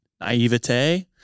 naivete